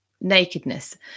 nakedness